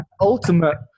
ultimate